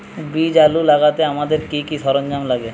বীজ আলু লাগাতে আমাদের কি কি সরঞ্জাম লাগে?